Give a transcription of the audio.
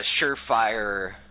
surefire